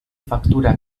factura